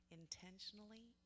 intentionally